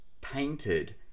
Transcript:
painted